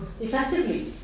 effectively